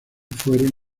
fueron